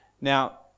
Now